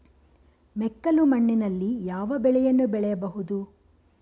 ಮೆಕ್ಕಲು ಮಣ್ಣಿನಲ್ಲಿ ಯಾವ ಬೆಳೆಯನ್ನು ಬೆಳೆಯಬಹುದು?